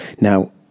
Now